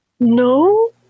No